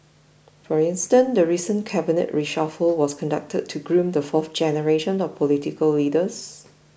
for instance the recent cabinet reshuffle was conducted to groom the fourth generation of political leaders